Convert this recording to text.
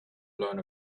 blown